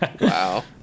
Wow